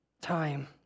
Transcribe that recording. time